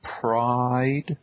Pride